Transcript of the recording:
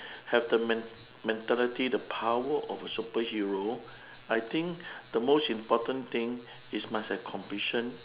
have the men~ mentality the power of a superhero I think the most important thing is must have compassion